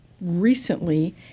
recently